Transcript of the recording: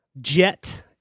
Jet